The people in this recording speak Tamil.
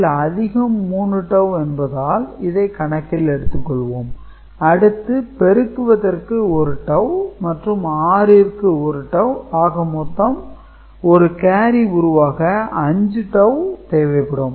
இதில் அதிகம் 3 டவூ என்பதால் இதை கணக்கில் எடுத்துக் கொள்வோம் அடுத்து பெருக்குவதற்கு 1 டவூ மற்றும் OR ற்கு 1 டவூ ஆக மொத்தம் ஒரு கேரி உருவாக 5 டவூ தேவைப்படும்